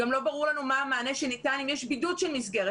גם לא ברור לנו מה המענה שניתן אם יש בידוד של מסגרת.